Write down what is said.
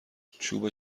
چوب